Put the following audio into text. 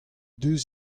deus